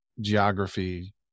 geography